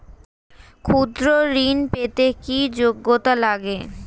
ক্ষুদ্র ঋণ পেতে কি যোগ্যতা লাগে?